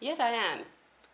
yes I am